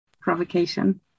provocation